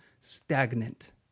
stagnant